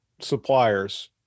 suppliers